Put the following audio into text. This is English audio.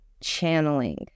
channeling